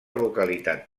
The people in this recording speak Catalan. localitat